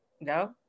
no